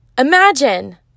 imagine